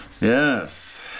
Yes